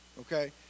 okay